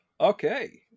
Okay